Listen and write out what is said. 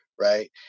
Right